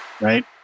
right